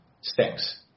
Stinks